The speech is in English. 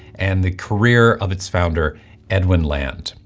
and the career of its founder edwin land.